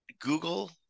Google